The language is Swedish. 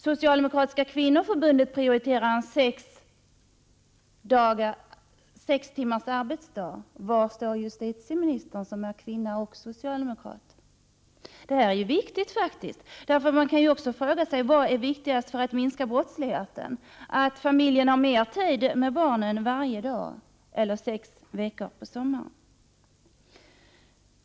Socialdemokratiska kvinnoförbundet prioriterar sex timmars arbetsdag. Var står justitieministern som är kvinna och socialdemokrat? Detta är viktigt. Man kan också fråga sig: Vad är viktigast för att minska brottsligheten, att familjen har mer tid för barnen varje dag eller sex veckor på sommaren?